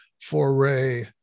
foray